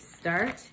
start